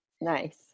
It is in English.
Nice